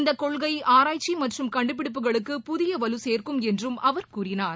இந்தகொள்கைஆராய்ச்சிமற்றும் கண்டுபிடிப்புகளுக்கு புதியவலுசேக்கும் என்றும் அவர் கூறினார்